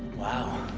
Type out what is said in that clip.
wow.